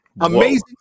Amazing